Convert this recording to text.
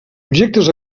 objectes